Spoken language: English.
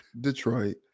Detroit